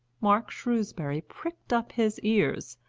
mark shrewsbury pricked up his ears,